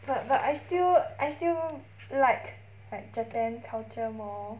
but but I still I still like like Japan culture more